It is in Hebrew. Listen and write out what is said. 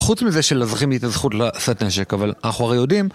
חוץ מזה שלאזרחים יש את הזכות לשאת נשק, אבל אנחנו הרי יודעים.